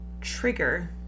trigger